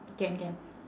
can can